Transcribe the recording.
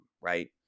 right